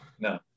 No